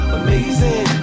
amazing